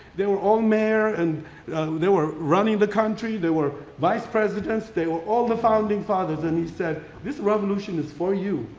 they were on there and they were running the country. there were vice presidents. they were all the founding fathers. and he said, this revolution is for you,